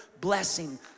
blessing